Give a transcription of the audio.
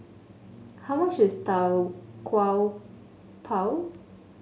how much is Tau Kwa Pau